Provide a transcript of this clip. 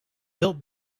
built